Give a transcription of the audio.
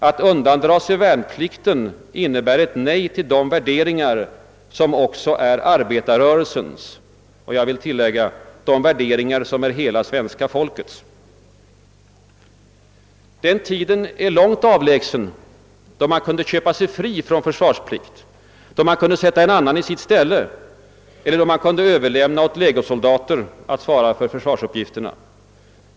Att undandra sig värnplikten innebär ett nej till de värderingar, som också är arbetarrörelsens.» Jag vill tillägga: de värderingar som är hela svenska folkets. Den tiden är långt avlägsen då man kunde köpa sig fri från försvarsplikt och sätta en annan i sitt ställe eller överlämna åt legosoldater att svara för försvarsuppgifterna.